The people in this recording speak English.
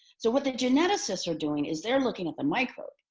so what the geneticists are doing is they're looking at the micro.